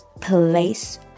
place